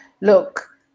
look